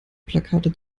plakate